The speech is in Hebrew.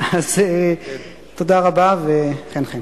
תודה רבה וחן-חן.